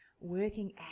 working